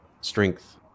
strength